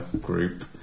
group